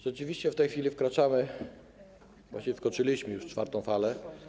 Rzeczywiście w tej chwili wkraczamy, właściwie wkroczyliśmy już w czwartą falę.